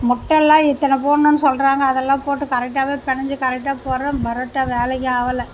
முட்டெல்லான் இத்தனை போடணுன்னு சொல்கிறாங்க அதெல்லான் போட்டு கரெக்ட்டாகவே பெனஞ்சு கரெக்ட்டாக போடறன் பரோட்டா வேலைக்கு ஆவலை